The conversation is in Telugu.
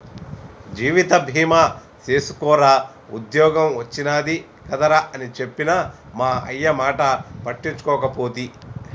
జీవిత బీమ సేసుకోరా ఉద్ద్యోగం ఒచ్చినాది కదరా అని చెప్పిన మా అయ్యమాట పట్టించుకోకపోతి